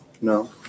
No